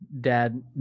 dad